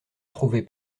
trouvez